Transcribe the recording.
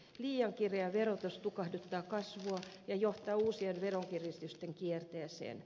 liian kireä verotus tukahduttaa kasvua ja johtaa uusien veronkiristysten kierteeseen